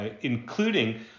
including